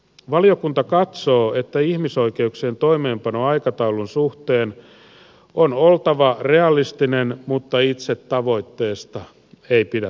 valiokunta katsoo että ihmisoikeuksien toimeenpanon aikataulun suhteen on oltava realistinen mutta itse tavoitteesta ei pidä tinkiä